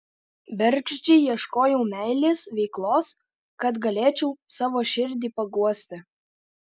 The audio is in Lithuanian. bergždžiai ieškojau meilės veiklos kad galėčiau savo širdį paguosti